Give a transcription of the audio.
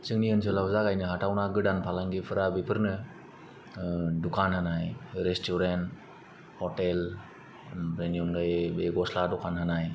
जोंनि ओनसोलाव जागायनो हाथावना गोदान फालांगिफ्रा बेफोरनो दुखान होनाय रेस्तुरेन्ट हटेल बेनि अनगायै बे गस्ला दखान होनाय